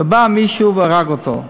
ובא מישהו והרג אותו.